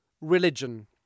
religion